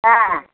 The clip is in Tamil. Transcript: ஆ